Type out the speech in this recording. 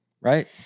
right